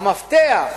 המפתח,